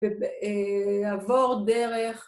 ולעבור דרך